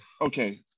okay